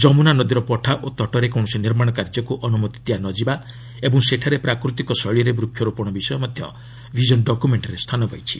ଯମୁନା ନଦୀର ପଠା ଓ ତଟରେ କୌଣସି ନିର୍ମାଣ କାର୍ଯ୍ୟକୁ ଅନୁମତି ଦିଆନଯିବା ଓ ସେଠାରେ ପ୍ରାକୃତିକ ଶୈଳୀରେ ବୃକ୍ଷରୋପଣ ବିଷୟ ମଧ୍ୟ ଭିଜନ ଡକୁମେଣ୍ଟ୍ରେ ସ୍ଥାନ ପାଇଛି